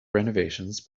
renovations